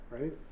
right